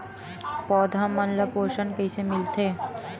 पौधा मन ला पोषण कइसे मिलथे?